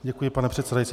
Děkuji, pane předsedající.